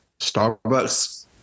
Starbucks